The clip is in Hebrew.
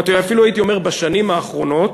אפילו הייתי אומר בשנים האחרונות,